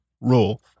rule